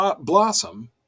Blossom